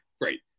great